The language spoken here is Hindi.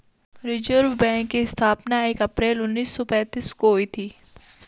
रिज़र्व बैक की स्थापना एक अप्रैल उन्नीस सौ पेंतीस को हुई थी